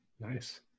Nice